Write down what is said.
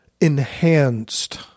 enhanced